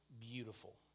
beautiful